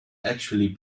actually